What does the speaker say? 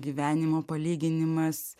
gyvenimo palyginimas